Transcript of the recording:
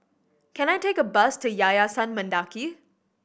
can I take a bus to Yayasan Mendaki